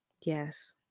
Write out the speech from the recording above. Yes